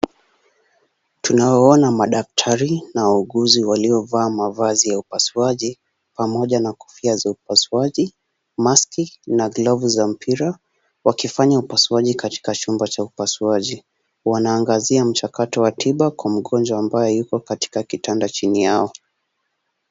Tunawaona madaktari na wauguzi waliovaa mavazi ya upasuaji pamoja na kofia za upasuaji, maski na glovu za mpira wakifanya upasuaji katika chumba cha upasuaji. Wanaangazia mchakato wa tiba kwa mgonjwa ambaye yuko katika kitanda chini yao.